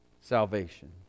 salvation